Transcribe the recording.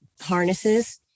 harnesses